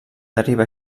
deriva